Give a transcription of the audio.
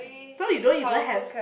so you don't even have